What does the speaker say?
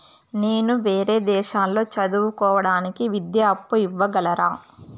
నేను వేరే దేశాల్లో చదువు కోవడానికి విద్యా అప్పు ఇవ్వగలరా?